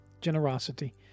Generosity